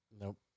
Nope